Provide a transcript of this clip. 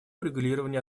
урегулирования